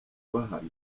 bahanwa